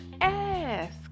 ask